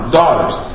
daughters